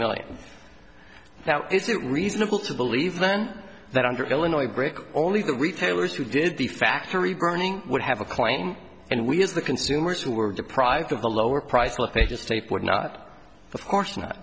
million now is it reasonable to believe then that under illinois brick only the retailers who did the factory burning would have a claim and we as the consumers who were deprived of the lower price what they just tape would not of course not